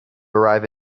arrive